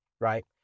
right